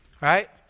right